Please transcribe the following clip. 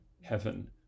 heaven